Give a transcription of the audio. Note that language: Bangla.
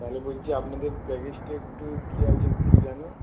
তাহলে বলছি আপনাদের প্যাকেজটা একটু কী আছে একটু যেন